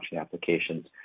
applications